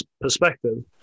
perspective